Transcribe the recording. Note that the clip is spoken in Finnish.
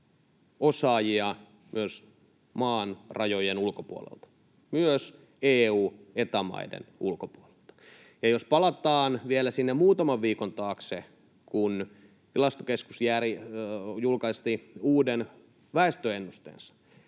osaajia myös maan rajojen ulkopuolelta, myös EU- ja Eta-maiden ulkopuolelta. Jos palataan vielä sinne muutaman viikon taakse, kun Tilastokeskus julkisti uuden väestöennusteensa,